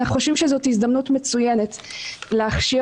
אנחנו חושבים שזו הזדמנות מצוינת להכשיר